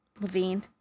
Levine